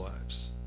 lives